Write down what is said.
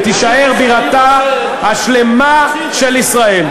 ותישאר בירתה השלמה של ישראל.